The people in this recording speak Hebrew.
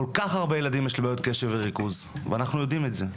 לכל כך הרבה ילדים יש בעיות קשב וריכוז ואנחנו יודעים את זה,